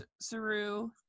Saru